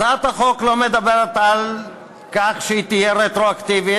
הצעת החוק לא מדברת על כך שהיא תהיה רטרואקטיבית,